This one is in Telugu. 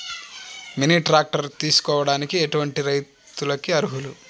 మినీ ట్రాక్టర్ తీసుకోవడానికి ఎటువంటి రైతులకి అర్హులు?